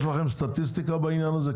יש לכם סטטיסטיקה בעניין הזה,